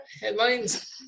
headlines